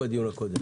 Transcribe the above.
כללית.